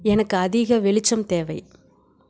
எனக்கு அதிக வெளிச்சம் தேவை